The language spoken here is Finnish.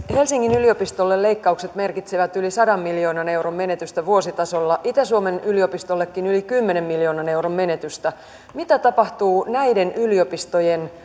helsingin yliopistolle leikkaukset merkitsevät yli sadan miljoonan euron menetystä vuositasolla itä suomen yliopistollekin yli kymmenen miljoonan euron menetystä mitä tapahtuu näiden yliopistojen